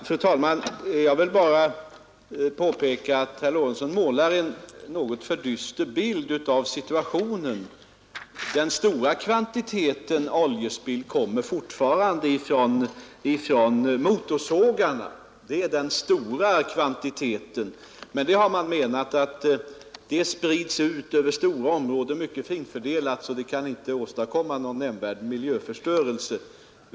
Fru talman! Herr Lorentzon målar en alldeles för dyster bild av situationen. För det första kommer den stora kvantiteten oljespill fortfarande från motorsågarna, men man menar att den oljan sprids ut mycket finfördelat över stora områden och den kan därför inte åstadkomma någon nämnvärd miljöförstörelse.